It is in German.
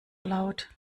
laut